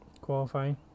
qualifying